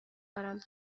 دارم